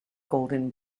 golden